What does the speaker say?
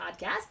Podcast